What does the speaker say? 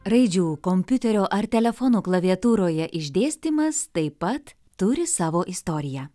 raidžių kompiuterio ar telefono klaviatūroje išdėstymas taip pat turi savo istoriją